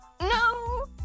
No